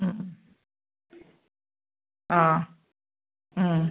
ആ